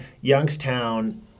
Youngstown